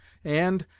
and,